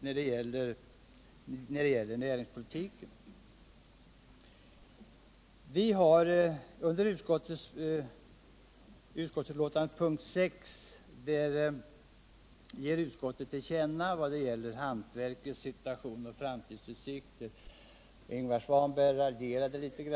På s. 30 i betänkandet ger utskottet sin uppfattning till känna vad gäller hantverkets situation och framtidsutsikter. Ingvar Svanberg raljerade litet